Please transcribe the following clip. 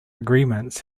agreements